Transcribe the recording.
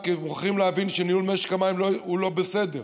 כי מוכרחים להבין שניהול משק המים הוא לא בסדר,